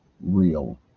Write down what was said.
real